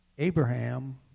Abraham